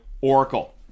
Oracle